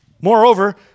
Moreover